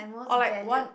or like one